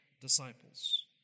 disciples